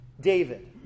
David